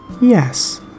Yes